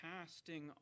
casting